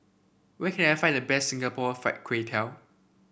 where can I find the best Singapore Fried Kway Tiao